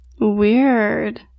Weird